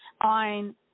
on